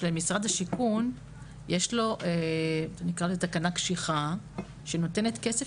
למשרד השיכון והבינוי יש תקנה קשיחה שנותנת כסף